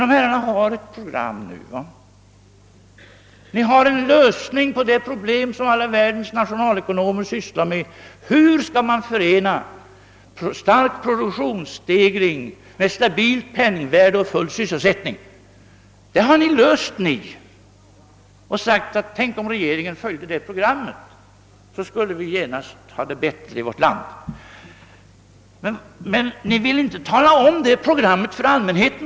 Herrarna har alltså ett program som löser det problem som alla världens nationalekonomer sysslar med, nämligen hur man skall förena stark produktionsstegring med stabilt penningvärde och full sysselsättning, och ni säger: »Tänk om regeringen hade följt det programmet, då skulle vi genast fått det bättre i vårt land.» Men ni vill inte för allmänheten tala om vari programmet består.